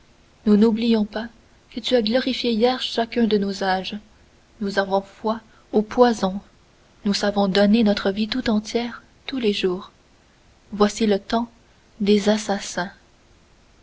nous n'oublions pas que tu as glorifié hier chacun de nos âges nous avons foi au poison nous savons donner notre vie tout entière tous les jours voici le temps des assassins